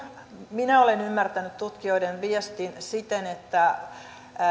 minä olen ymmärtänyt tutkijoiden viestin siten että